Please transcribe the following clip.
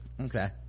okay